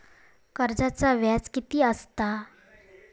कर्जाचा व्याज कीती असता?